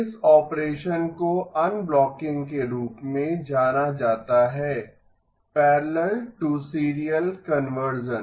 इस ऑपरेशन को अनब्लॉकिंग के रूप में जाना जाता है पैरेलल टू सीरियल कन्वर्शन